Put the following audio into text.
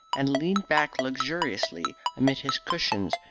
and leaned back luxuriously amid his cushions,